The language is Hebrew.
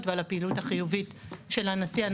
ועל הפעילות החיובית של הנשיא הנוכחי.